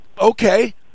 Okay